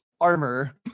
armor